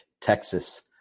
Texas